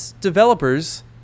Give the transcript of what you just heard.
Developers